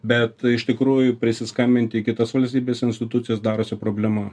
bet iš tikrųjų prisiskambinti į kitas valstybės institucijas darosi problema